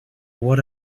what